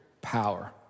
power